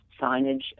signage